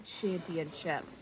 Championship